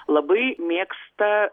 labai mėgsta